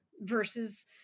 versus